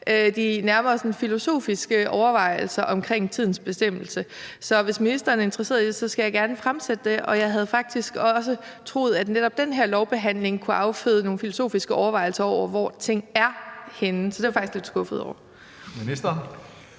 de mere filosofiske overvejelser omkring tidens bestemmelse. Så hvis ministeren er interesseret i det, skal jeg gerne fremsende det. Jeg havde faktisk også troet, at netop den her lovbehandling kunne afføde nogle filosofiske overvejelser over, hvor ting er henne. Så det er jeg faktisk lidt skuffet over. Kl.